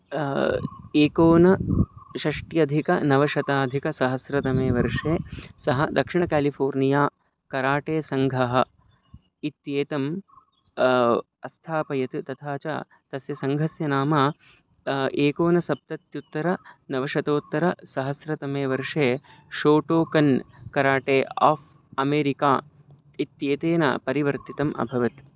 एकोनषष्ट्यधिकनवशताधिकसहस्रतमे वर्षे सः दक्षिणकेलिफ़ोर्निया कराटेसङ्घः इत्येतम् अस्थापयत् तथा च तस्य सङ्घस्य नाम एकोनसप्तत्युत्तरनवशतोत्तरसहस्रतमे वर्षे शोटोकन् कराटे आफ़् अमेरिका इत्येतेन परिवर्तितम् अभवत्